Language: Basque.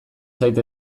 zait